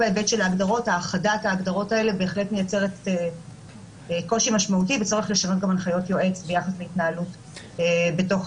הן לוקחות מסגרות זמן תחומות ומצרות על דרכי התקשורת והתנהלות נבחרי